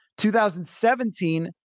2017